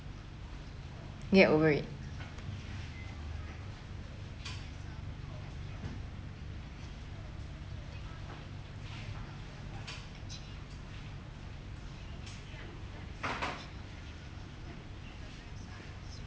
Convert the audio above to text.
get away